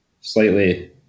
slightly